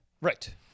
right